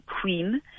queen